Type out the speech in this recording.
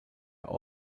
auch